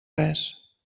res